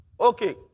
Okay